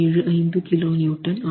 675kN ஆகும்